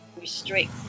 restrict